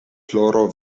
ploro